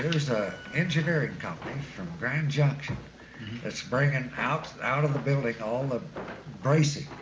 engineering company from grand junction that's springing out, out of the building all the bracing,